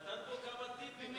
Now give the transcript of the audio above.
הוא נתן פה כמה טיפים.